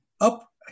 up